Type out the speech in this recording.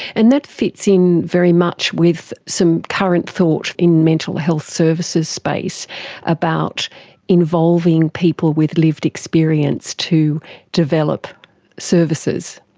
and that fits in very much with some current thought in the mental health services space about involving people with lived experience to develop services.